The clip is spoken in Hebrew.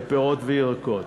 לפירות וירקות.